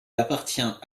appartient